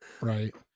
Right